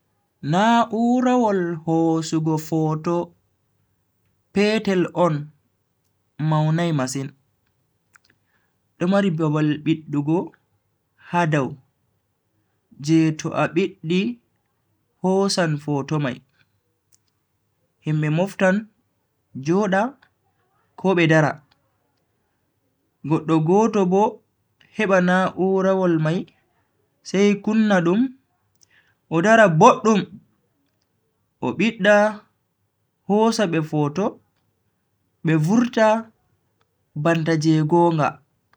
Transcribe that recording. Na'urawol hosugo foto petel on maunai masin, do mari babal biddugo ha dow je to a biddi hosan foto mai. himbe moftan joda ko be dara, goddo go to Bo heba na'urawol mai sai kunna dum o dara boddum o bidda hosa be foto be vurta banta je gonga.